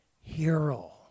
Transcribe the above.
hero